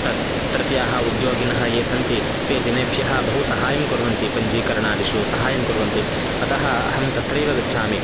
तत् तत्रत्याः उद्योगिनः ये सन्ति ते जनेभ्यः बहु सहायं कुर्वन्ति पञ्जीकरणादिषु सहायं कुर्वन्ति अतः अहं तत्रैव गच्छामि